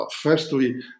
Firstly